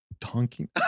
Donkey